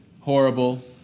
horrible